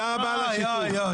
תודה רבה לכם.